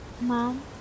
Mom